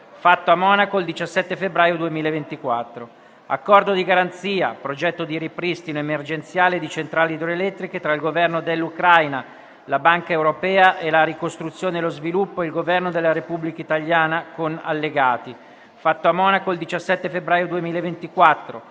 fatto a Monaco il 17 febbraio 2024;